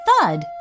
thud